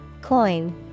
Coin